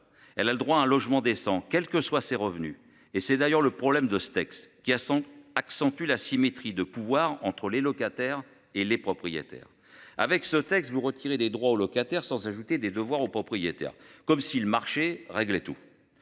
Elle a le droit à un logement décent, quelles que soient ses revenus et c'est d'ailleurs le problème de ce texte qui a 100 accentue l'asymétrie de pouvoir entre les locataires et les propriétaires. Avec ce texte vous retirer des droits aux locataires sans ajouter des devoirs aux propriétaires. Comme si le marché règle et tout.